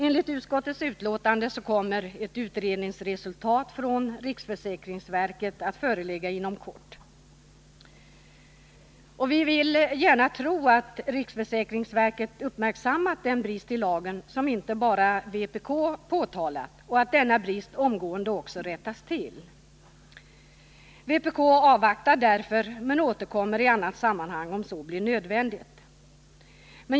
Enligt utskottets betänkande kommer ett utredningsresultat från riksförsäkringsverket att föreligga inom kort. Vi vill gärna tro att riksförsäkringsverket uppmärksammat den brist i lagen som inte bara vpk har påtalat och att denna brist också omedelbart rättas till. Vpk avvaktar därför men återkommer i annat sammanhang om så blir nödvändigt.